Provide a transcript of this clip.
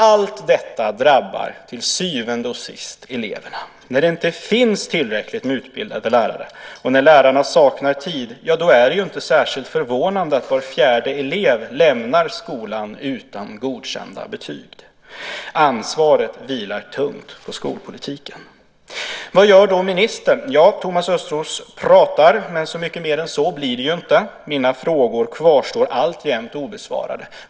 Allt detta drabbar till syvende och sist eleverna. När det inte finns tillräckligt med utbildade lärare och när lärarna saknar tid är det inte särskilt förvånande att var fjärde elev lämnar skolan utan godkända betyg. Ansvaret vilar tungt på skolpolitiken. Vad gör då ministern? Thomas Östros pratar, men så mycket mer än så blir det inte. Mina frågor kvarstår alltjämt obesvarade.